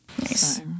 Nice